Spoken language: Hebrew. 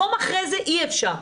יום אחרי זה אי אפשר.